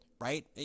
right